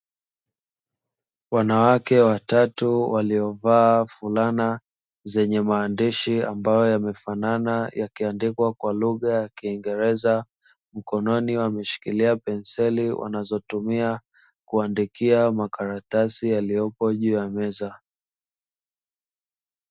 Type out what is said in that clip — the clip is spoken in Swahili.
Wanawake watatu waliovaa fulana zenye maandishi ambayo yamefanana yakiandikwa kwa lugha ya kiingereza; mkononi wameshikilia penseli wanazotumia kuandikia makaratasi yaliyopo juu ya meza.